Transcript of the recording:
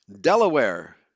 Delaware